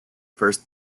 first